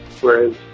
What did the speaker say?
whereas